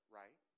right